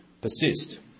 persist